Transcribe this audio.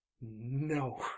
no